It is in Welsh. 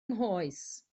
nghoes